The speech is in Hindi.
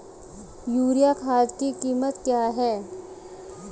यूरिया खाद की कीमत क्या है?